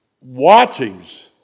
Watchings